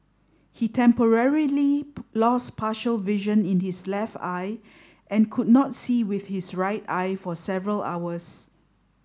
he temporarily lost partial vision in his left eye and could not see with his right eye for several hours